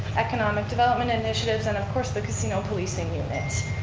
economic development initiatives and of course the casino policing unit.